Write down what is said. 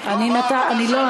לא,